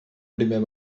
primer